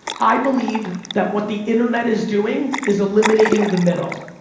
i believe that what the internet is doing is eliminating the middle.